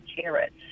carrots